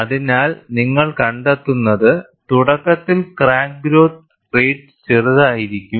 അതിനാൽ നിങ്ങൾ കണ്ടെത്തുന്നത് തുടക്കത്തിൽ ക്രാക്ക് ഗ്രോത്ത് റേറ്റ് ചെറുതായിരിക്കും